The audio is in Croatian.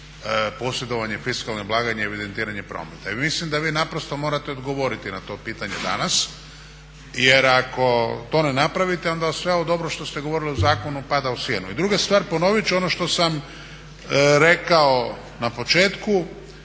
posjedovanje fiskalne blagajne i evidentiranje prometa. Mislim da vi naprosto morate odgovoriti na to pitanje danas jer ako to ne napravite onda sve ovo dobro što ste govorili o zakonu pada u sjenu. I druga stvar, ponovit ću ono što sam rekao na početku,